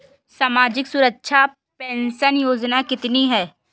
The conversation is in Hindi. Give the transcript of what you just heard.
सामाजिक सुरक्षा पेंशन योजना कितनी हैं?